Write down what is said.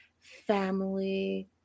family